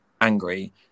angry